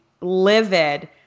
livid